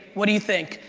what do you think?